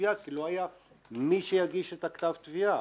התביעה כי לא היה מי שיגיש את כתב התביעה.